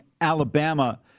Alabama